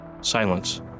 Silence